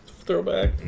throwback